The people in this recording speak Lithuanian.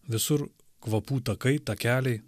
visur kvapų takai takeliai